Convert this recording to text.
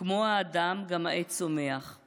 כמו האדם גם העץ צומח /